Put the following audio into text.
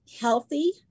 healthy